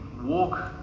walk